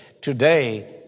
today